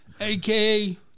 AKA